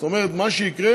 זאת אומרת שמה שיקרה,